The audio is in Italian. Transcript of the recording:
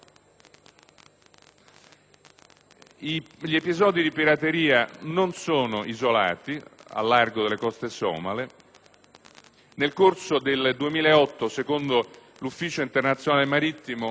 Gli episodi di pirateria non sono isolati al largo delle coste somale. Nel corso del 2008, secondo l'Ufficio marittimo